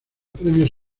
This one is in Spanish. premios